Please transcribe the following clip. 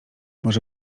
może